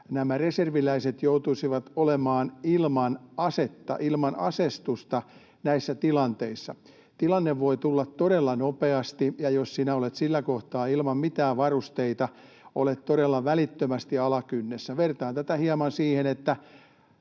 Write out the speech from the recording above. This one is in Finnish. nämä reserviläiset joutuisivat olemaan ilman asetta, ilman aseistusta, näissä tilanteissa. Tilanne voi tulla todella nopeasti, ja jos sinä olet sillä kohtaa ilman mitään varusteita, olet todella välittömästi alakynnessä. Vertaan tätä hieman siihen, että